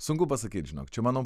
sunku pasakyt žinok čia manau